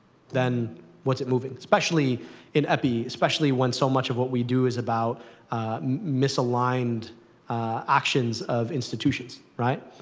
then what's it moving especially in epi, especially when so much of what we do is about misaligned actions of institutions, right.